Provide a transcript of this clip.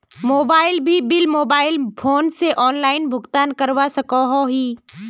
कोई भी bill mobile phone से ऑनलाइन भुगतान करवा सकोहो ही?